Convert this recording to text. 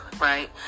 Right